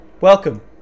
welcome